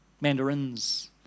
mandarins